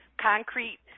concrete